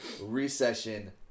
Recession